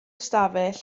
ystafell